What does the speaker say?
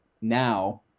now